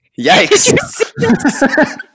yikes